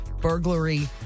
burglary